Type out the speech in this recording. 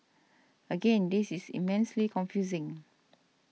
again this is immensely confusing